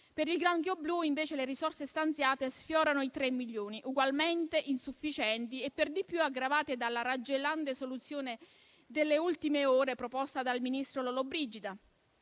Per il granchio blu, invece, le risorse stanziate sfiorano i tre milioni, ugualmente insufficienti e per di più aggravati dalla raggelante soluzione delle ultime ore proposta dal ministro Lollobrigida,